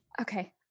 Okay